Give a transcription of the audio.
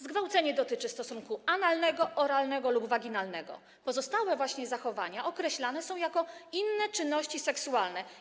Zgwałcenie dotyczy stosunku analnego, oralnego lub waginalnego, pozostałe zachowania są określane jako inne czynności seksualne.